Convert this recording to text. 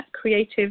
creative